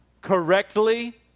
Correctly